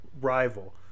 rival